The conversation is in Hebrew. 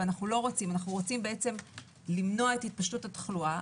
ואנחנו רוצים למנוע את התפשטות התחלואה,